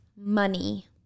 money